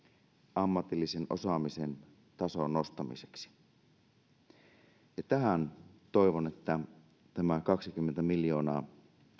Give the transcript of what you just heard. ammatillisen osaamisen tason nostamiseksi ja tähän toivon että tämä kaksikymmentä miljoonaa